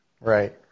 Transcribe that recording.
Right